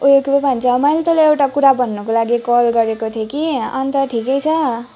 ऊ यो के पो भन्छ मैले तँलाई एउटा कुरा भन्नुको लागि कल गरेको थिएँ कि अन्त ठिकै छ